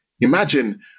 Imagine